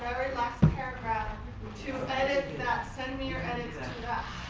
last paragraph to edit that send me your edits to